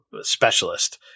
specialist